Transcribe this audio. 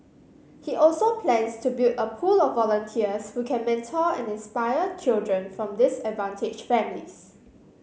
he also plans to build a pool of volunteers who can mentor and inspire children from disadvantage families